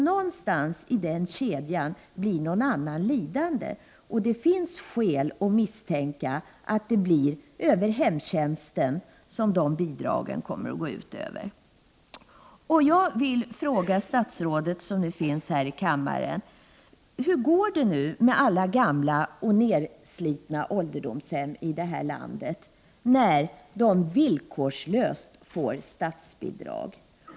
Någonstans i den kedjan blir någon annan lidande, och det finns skäl att misstänka att det kommer att gå ut över hemtjänsten. gamla och nerslitna ålderdomshem i detta land, när de villkorslöst får Prot. 1988/89:44 statsbidrag?